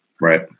Right